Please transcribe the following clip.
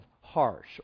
harsh